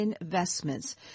Investments